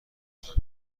هایتان